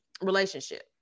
relationship